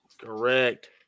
Correct